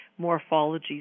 morphologies